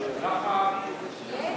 והגנת